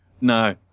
No